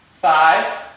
Five